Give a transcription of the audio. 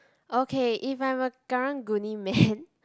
okay if I'm a Karang-Guni man